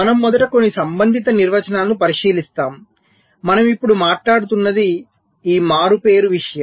మనం మొదట కొన్ని సంబంధిత నిర్వచనాలను పరిశీలిస్తాము మనం ఇప్పుడు మాట్లాడుతున్నది ఈ మారుపేరు విషయం